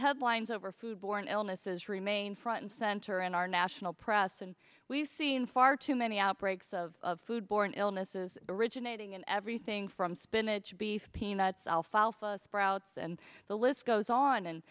headlines over food borne illnesses remain front and center in our national press and we've seen far too many outbreaks of food borne illnesses originating in everything from spinach beef peanuts alfalfa sprouts and the list goes on and